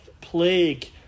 plague